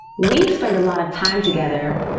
we spend a lot of time together,